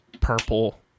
purple